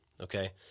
okay